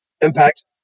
impact